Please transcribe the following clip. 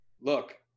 look